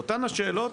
לאותן השאלות,